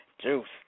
Juice